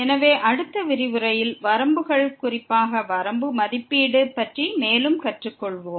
எனவே அடுத்த விரிவுரையில் வரம்புகள் குறிப்பாக வரம்பு மதிப்பீடு பற்றி மேலும் கற்றுக்கொள்வோம்